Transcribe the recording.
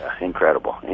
Incredible